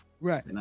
right